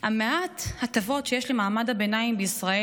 ממעט ההטבות שיש למעמד הביניים בישראל,